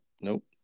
nope